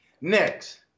Next